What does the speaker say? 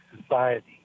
society